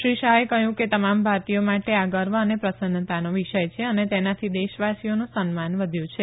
શ્રી શાહે કહ્યું કે તમામ ભારતીયો માટે આ ગર્વ અને પ્રસન્નતાનો વિષય છે અને તેના થી દેશવાસીઓનું સન્માન વધ્યું છે